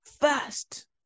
first